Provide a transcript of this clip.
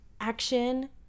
action